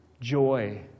joy